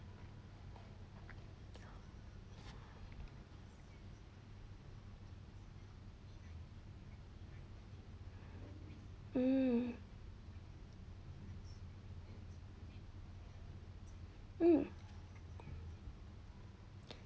mm mm